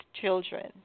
children